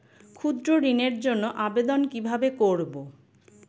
ক্ষুদ্র ঋণের জন্য আবেদন কিভাবে করব?